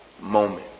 moment